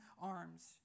arms